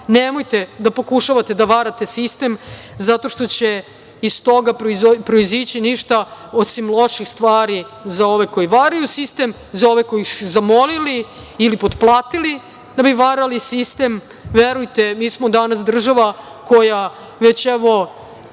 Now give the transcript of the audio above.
Nemojte da pokušavate da varate sistem zato što će iz toga proizići ništa osim loših stvari za ove koji varaju sistem, za ove koji su ih zamolili ili potplatili da bi varali sistem. Verujte, mi smo danas država koja već petu